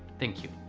thank you!